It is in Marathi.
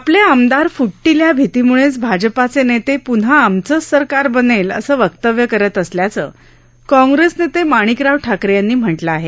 आपले आमदार फूटतील या भीतीम्ळेच भाजपाचे नेते प्न्हा आमचंच सरकार बनेल असं वक्तव्य करत असल्याचं काँग्रेस नेते माणिकराव ठाकरे यांनी म्हटलं आहे